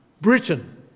Britain